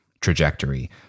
trajectory